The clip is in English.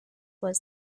was